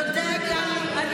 אני יודעת, טלי.